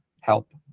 help